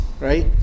right